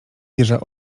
wieża